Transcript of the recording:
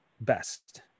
best